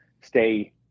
stay